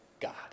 God